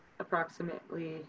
approximately